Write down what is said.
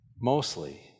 Mostly